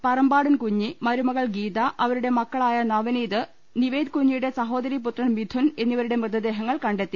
പറമ്പാടൻ കുഞ്ഞി മരുമകൾ ഗീത അവ രുടെ മക്കളായ നവനീത്നിവേദ് കുഞ്ഞിയുടെ സഹോ ദരീപുത്രൻ മിഥുൻ എന്നിവരുടെ മൃതദേഹങ്ങൾ കണ്ടെ ത്തി